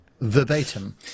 verbatim